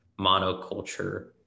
monoculture